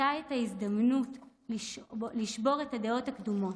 את ההזדמנות לשבור את הדעות הקדומות.